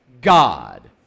God